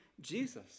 Jesus